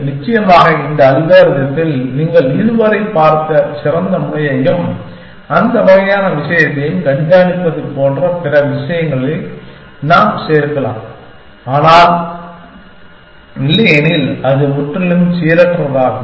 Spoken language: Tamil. நிச்சயமாக இந்த அல்காரிதத்தில் நீங்கள் இதுவரை பார்த்த சிறந்த முனையையும் அந்த வகையான விஷயத்தையும் கண்காணிப்பது போன்ற பிற விஷயங்களை நாம் சேர்க்கலாம் ஆனால் இல்லையெனில் அது முற்றிலும் சீரற்றதாகும்